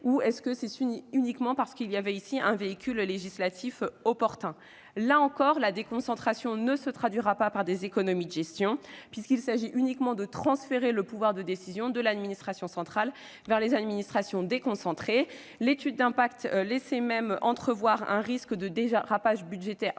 la future loi 3D ou simplement d'utiliser un véhicule législatif opportun ? Là encore, la déconcentration ne se traduira pas par des économies de gestion, puisqu'il s'agit seulement de transférer le pouvoir de décision de l'administration centrale vers les administrations déconcentrées. L'étude d'impact laisse même entrevoir un risque de dérapage budgétaire, certes